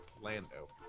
Lando